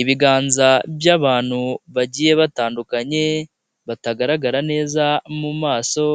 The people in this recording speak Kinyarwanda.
Ibiganza by'abantu bagiye batandukanye batagaragara neza mu maso,